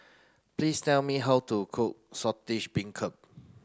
please tell me how to cook Saltish Beancurd